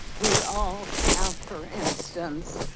we all have, for instance,